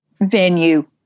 venue